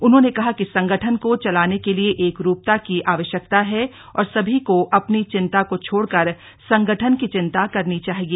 उन्होंने कहा कि संगठन को चलाने के लिए एक रूपता की आवश्यकता है और सभी को अपनी चिंता को छोड़कर संगठन की चिंता करनी चाहिए